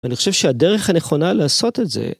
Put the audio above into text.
ואני חושב שהדרך הנכונה לעשות את זה...